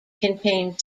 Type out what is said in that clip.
contain